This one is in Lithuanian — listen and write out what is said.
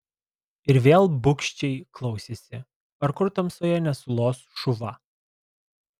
ir vėl bugščiai klausėsi ar kur tamsoje nesulos šuva